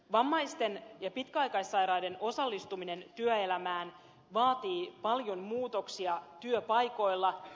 vammaisten ja pitkäaikaissairaiden osallistuminen työelämään vaatii paljon muutoksia työpaikoilla